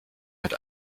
mit